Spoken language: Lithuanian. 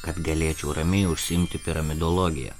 kad galėčiau ramiai užsiimti piramidologija